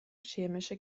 chemische